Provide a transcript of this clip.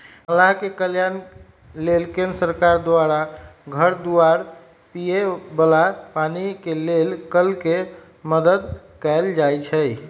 मलाह के कल्याण लेल केंद्र सरकार द्वारा घर दुआर, पिए बला पानी के लेल कल के मदद कएल जाइ छइ